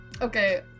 Okay